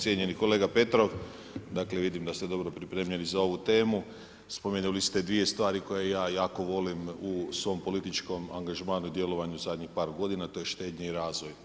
Cijenjeni kolega Petrov, dakle vidim da ste dobro pripremljeni za ovu temu, spomenuli ste dvije stvari koje ja jako volim u svom političkom angažmanu i djelovanju zadnjih par godina to je štednja i razvoj.